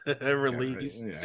release